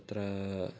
तत्र